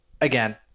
Again